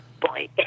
boy